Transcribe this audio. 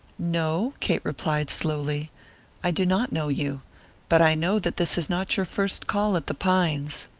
no, kate replied, slowly i do not know you but i know that this is not your first call at the pines.